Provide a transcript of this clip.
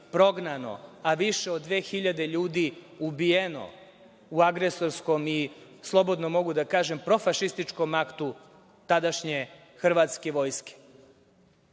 a više od 2.000 ljudi ubijeno u agresorskom i, slobodno mogu da kažem, profašističkom aktu tadašnje hrvatske vojske.